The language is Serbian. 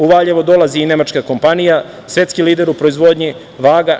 U Valjevo dolazi i nemačka kompanija, svetski lider u proizvodnji vaga.